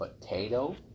potato